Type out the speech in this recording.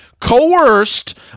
coerced